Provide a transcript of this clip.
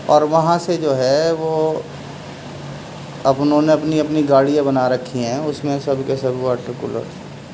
اور وہاں سے جو ہے وہ انھوں نے اپنی اپنی گاڑیاں بنا رکھی ہیں اس میں سب کے سب واٹر کولر